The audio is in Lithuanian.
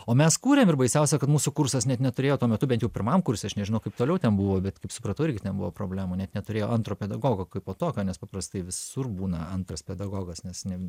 o mes kūrėm ir baisiausia kad mūsų kursas net neturėjo tuo metu bet jau pirmam kurse aš nežinau kaip toliau ten buvo bet kaip supratau irgi ten buvo problemų net neturėjo antro pedagogo kaipo tokio nes paprastai visur būna antras pedagogas nes ne